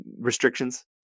restrictions